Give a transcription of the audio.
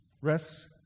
Rest